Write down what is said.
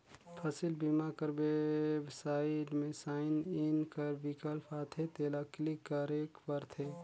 फसिल बीमा कर बेबसाइट में साइन इन कर बिकल्प आथे तेला क्लिक करेक परथे